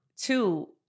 Two